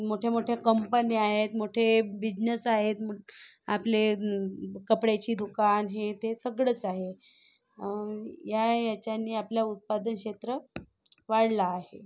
मोठ्या मोठ्या कंपन्या आहेत मोठे बिझनेस आहेत आपले कपड्याची दुकान हे ते सगळेच आहे या याच्याने आपले उत्पादन क्षेत्र वाढले आहे